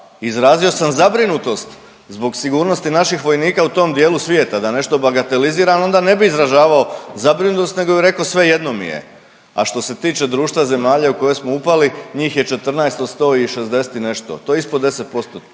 izrazio sam zabrinutost zbog sigurnosti naših vojnika u tom dijelu svijeta da nešto bagateliziram onda ne bi izražavao zabrinutost nego bi rekao svejedno mi je. A što se tiče društva zemalja u koje smo upali, njih je 14 od 160 i nešto, to je ispod 10%,